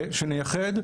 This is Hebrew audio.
שנייחד,